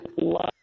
Love